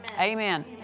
Amen